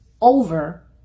over